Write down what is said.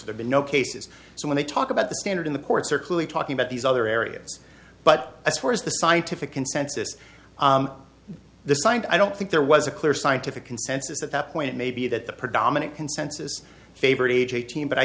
there be no cases so when they talk about the standard in the courts are clearly talking about these other areas but as far as the scientific consensus this i don't think there was a clear scientific consensus at that point it may be that the predominant consensus favored age eighteen but i